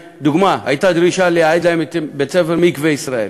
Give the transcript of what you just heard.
לדוגמה: הייתה דרישה לייעד להם את בית-הספר "מקווה ישראל",